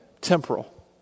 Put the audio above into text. temporal